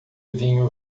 vinho